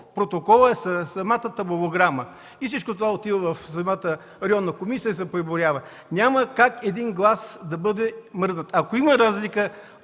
Протоколът е самата табулограма. Това отива в самата районна комисия и се преброява и няма как един глас да бъде мръднат. Ако има разлика